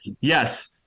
Yes